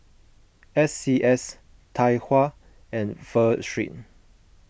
S C S Tai Hua and Pho Street